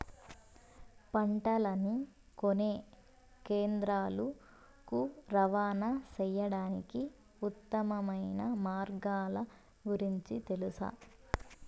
పంటలని కొనే కేంద్రాలు కు రవాణా సేయడానికి ఉత్తమమైన మార్గాల గురించి తెలుసా?